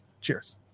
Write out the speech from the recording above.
Cheers